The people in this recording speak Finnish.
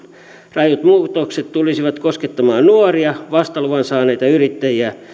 rajut muutokset tulisivat koskettamaan nuoria vasta luvan saaneita yrittäjiä